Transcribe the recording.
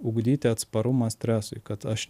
ugdyti atsparumą stresui kad aš